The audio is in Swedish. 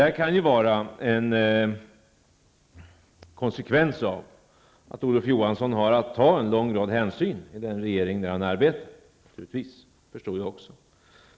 Det kan vara en konsekvens av att Olof Johansson har att ta en lång rad hänsyn i den regering där han arbetar. Det förstår jag givetvis också.